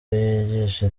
yigisha